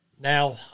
Now